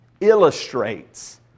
illustrates